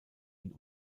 ihn